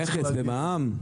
מכס ומע"מ.